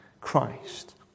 Christ